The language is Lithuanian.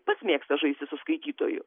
pats mėgsta žaisti su skaitytoju